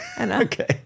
Okay